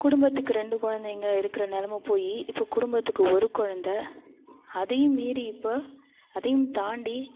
குடும்பத்துக்கு ரெண்டு குலந்தைங்க இருக்கிற நிலம போய் இப்போ குடும்பத்துக்கு ஒரு குலந்த அதையும் மீறி இப்போ அதையும் தாண்டி